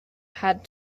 had